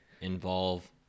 involve